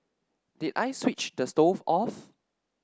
did I switch the stove off